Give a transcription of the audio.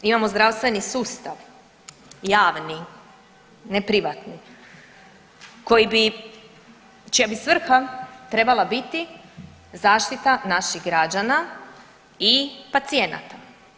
Imamo zdravstveni sustav javni ne privatni koji bi, čija bi svrha trebala biti zaštita naših građana i pacijenata.